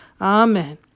Amen